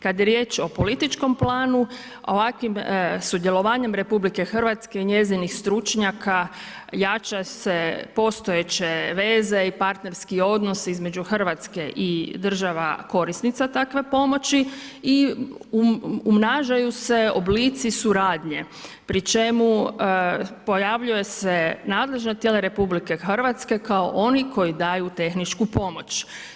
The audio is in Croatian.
Kad je riječ o političkom planu, ovakvim sudjelovanjem RH i njezinih stručnjaka jača se postojeće veze i partnerski odnos između Hrvatske i država korisnica takve pomoći i umnažaju se oblici suradnje, pri čemu pojavljuje se nadležna tijela RH kao oni koji daju tehničku pomoć.